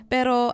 Pero